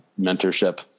mentorship